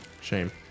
Shame